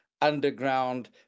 Underground